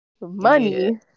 money